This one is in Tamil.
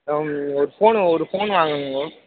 நான் ஒரு ஃபோனு ஒரு ஃபோன் வாங்கணுங்க